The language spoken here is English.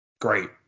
great